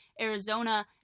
Arizona